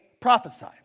prophesy